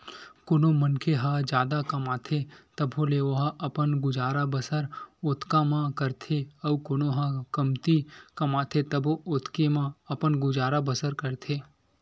कोनो मनखे ह जादा कमाथे तभो ले ओहा अपन गुजर बसर ओतका म करथे अउ कोनो ह कमती कमाथे तभो ओतके म अपन गुजर बसर करथे